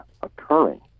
occurring